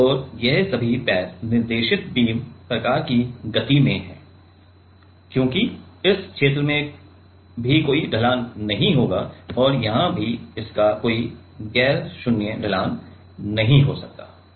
और ये सभी पैर निर्देशित बीम प्रकार की गति में हैं क्योंकि इस क्षेत्र में भी कोई ढलान नहीं होगा और यहां भी इसका कोई गैर शून्य ढलान नहीं हो सकता है